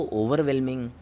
overwhelming